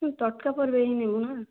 ହଁ ତଟକା ପରିବା ହିଁ ନେବୁ ନା